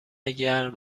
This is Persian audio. گرم